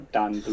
done